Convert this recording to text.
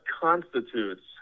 constitutes